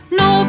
no